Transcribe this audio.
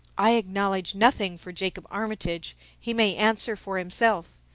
i acknowledge nothing for jacob armitage he may answer for himself,